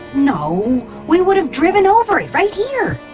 no. we would've driven over it right here.